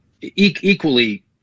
equally